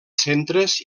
centres